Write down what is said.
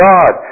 God